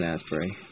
Asbury